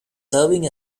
serving